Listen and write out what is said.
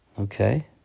Okay